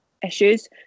issues